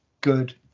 good